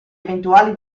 eventuali